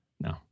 no